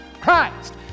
Christ